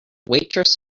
waitress